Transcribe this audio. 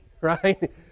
right